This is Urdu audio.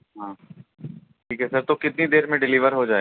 ہاں ٹھیک ہے سر تو کتنی دیر میں ڈلیور ہو جائے